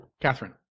Catherine